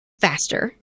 faster